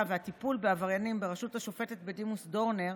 והטיפול בעבריינים בראשות השופטת בדימוס דורנר